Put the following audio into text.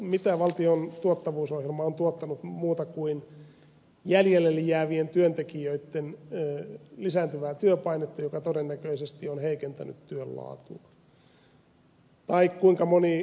mitä valtion tuottavuusohjelma on tuottanut muuta kuin jäljelle jäävien työntekijöitten lisääntyvää työpainetta joka todennäköisesti on heikentänyt työn laatua